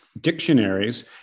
dictionaries